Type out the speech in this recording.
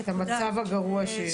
את המצב הגרוע שיש.